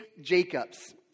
Jacobs